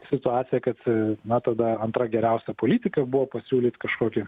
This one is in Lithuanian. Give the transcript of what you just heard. situacija kad na tada antra geriausia politika buvo pasiūlyt kažkokį